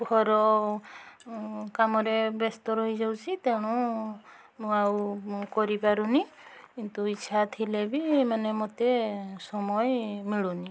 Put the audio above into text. ଘର କାମରେ ବ୍ୟସ୍ତ ରହିଯାଉଛି ତେଣୁ ମୁଁ ଆଉ କରିପାରୁନି କିନ୍ତୁ ଇଛା ଥିଲେ ବି ମାନେ ମୋତେ ସମୟ ମିଳୁନି